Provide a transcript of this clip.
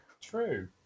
True